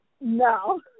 No